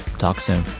talk soon